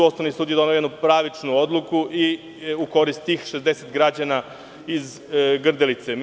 Osnovni sud je doneo jednu pravičnu odluku u korist tih 60 građana iz Grdelice.